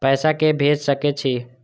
पैसा के से भेज सके छी?